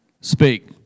speak